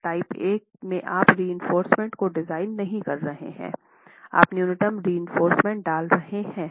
type A में आप reinforcement को डिजाइन नहीं कर रहे हैं आप न्यूनतम रएंफोर्रसमेंट डाल रहे हैं